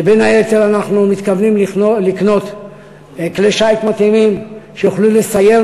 ושבין היתר אנחנו מתכוונים לקנות כלי שיט מתאימים שיוכלו לסייר